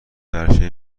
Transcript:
عرشه